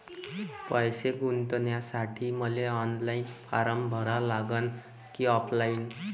पैसे गुंतन्यासाठी मले ऑनलाईन फारम भरा लागन की ऑफलाईन?